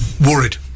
Worried